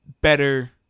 better